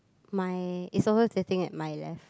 my it's over tilting at my left